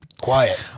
quiet